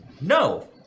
No